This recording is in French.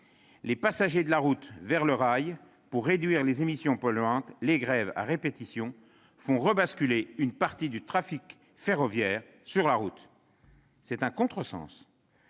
les passagers de la route vers le rail pour réduire les émissions polluantes, les grèves à répétition font rebasculer une partie du trafic ferroviaire sur la route. C'est un contresens